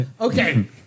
Okay